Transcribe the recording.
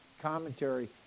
commentary